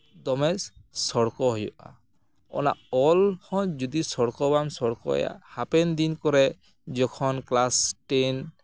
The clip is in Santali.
ᱫᱚᱢᱮ ᱥᱚᱲᱠᱚ ᱦᱩᱭᱩᱜᱼᱟ ᱚᱱᱟ ᱚᱞ ᱦᱚᱸ ᱡᱩᱫᱤ ᱥᱚᱲᱠᱚ ᱵᱟᱢ ᱥᱚᱲᱠᱚᱭᱟ ᱦᱟᱯᱮᱱ ᱫᱤᱱ ᱠᱚᱨᱮᱫ ᱡᱚᱠᱷᱚᱱ ᱠᱞᱟᱥ ᱴᱮᱱ